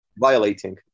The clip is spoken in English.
violating